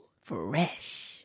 Fresh